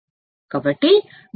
ఇది సరైనది నేను ఉహిస్తున్నాను